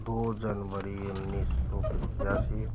दो जनवरी उन्नीस सौ पचासी